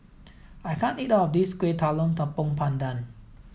I can't eat all of this Kueh Talam Tepong Pandan